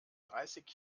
dreißig